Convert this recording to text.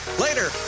Later